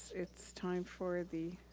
it's time for the,